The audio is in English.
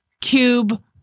cube